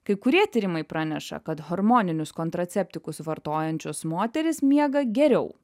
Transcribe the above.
kai kurie tyrimai praneša kad hormoninius kontraceptikus vartojančios moterys miega geriau